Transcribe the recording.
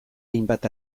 hainbat